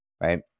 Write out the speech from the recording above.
right